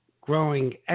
growing